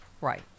Right